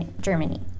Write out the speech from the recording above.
Germany